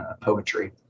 poetry